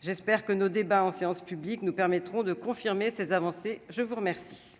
j'espère que nos débats en séance publique nous permettront de confirmer ces avancées, je vous remercie.